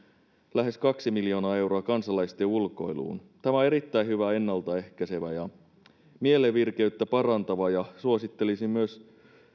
lähes kaksi miljoonaa euroa kansalaisten ulkoiluun tämä on erittäin hyvä ennalta ehkäisevä ja mielenvirkeyttä parantava ja suosittelisin myös